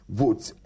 votes